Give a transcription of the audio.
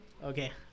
Okay